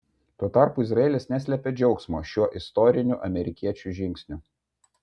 tuo tarpu izraelis neslėpė džiaugsmo šiuo istoriniu amerikiečių žingsniu